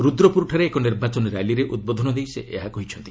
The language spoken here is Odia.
ରୁଦ୍ରପୁରଠାରେ ଏକ ନିର୍ବାଚନ ର୍ୟାଲିରେ ଉଦ୍ବୋଧନ ଦେଇ ସେ ଏହା କହିଛନ୍ତି